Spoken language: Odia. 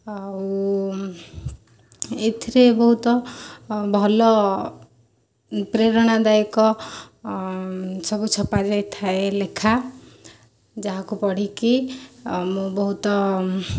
ଆଉ ଏଥିରେ ବହୁତ ଭଲ ପ୍ରେରଣାଦାୟକ ସବୁ ଛପା ଯାଇଥାଏ ଲେଖା ଯାହାକୁ ପଢ଼ିକି ଆମେ ବହୁତ